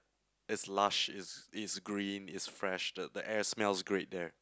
it's lush it's it's green it's fresh the air smells great there